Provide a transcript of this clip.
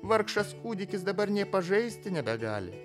vargšas kūdikis dabar nė pažaisti nebegali